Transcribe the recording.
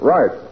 Right